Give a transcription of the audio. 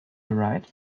right